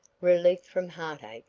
relief from heart-ache,